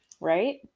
Right